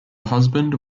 husband